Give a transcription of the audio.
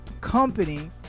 company